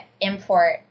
import